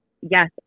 yes